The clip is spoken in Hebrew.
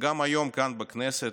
גם היום כאן, בכנסת,